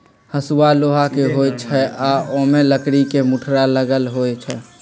हसुआ लोहा के होई छई आ ओमे लकड़ी के मुठरा लगल होई छई